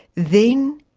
then